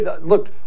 look